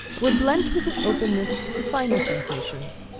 were blent with an openness to finer sensations,